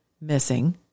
missing